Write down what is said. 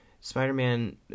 Spider-Man